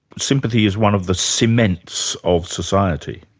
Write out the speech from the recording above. sympathy is one of the cements of society.